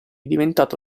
diventato